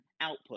output